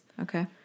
Okay